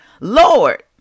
Lord